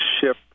ship